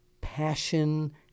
passion